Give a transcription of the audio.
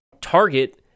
target